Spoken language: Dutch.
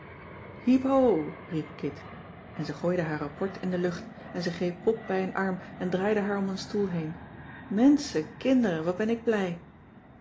hiep ho riep kit en ze gooide haar rapport in de lucht en ze greep pop bij een arm en draaide haar cissy van marxveldt de h b s tijd van joop ter heul om een stoel heen menschen kinderen wat ben ik blij